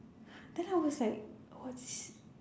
then I was like